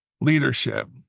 leadership